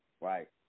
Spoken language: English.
Right